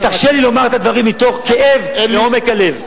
תרשה לי לומר את הדברים מתוך כאב מעומק הלב.